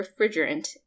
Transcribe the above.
refrigerant